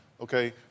Okay